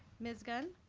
ms. gunn?